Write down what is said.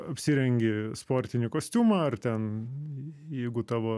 apsirengi sportinį kostiumą ar ten jeigu tavo